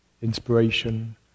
Inspiration